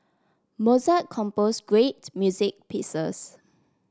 Mozart compose great music pieces